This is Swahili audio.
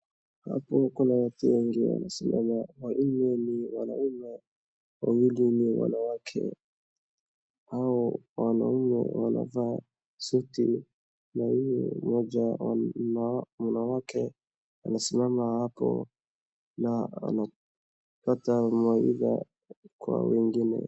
Hapo kuna watu wengi wanasimama. Wanne ni wanaume, wawili ni wanawake. Hao wanaume wanavaa suti na huyu mmoja wa wanawake anasimama hapo na anapata mawaidha kwa wengine.